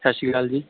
ਸਤਿ ਸ਼੍ਰੀ ਅਕਾਲ ਜੀ